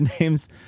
names